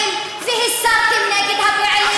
רצחתם תשעה פעילים והסתּם נגד הפעילים.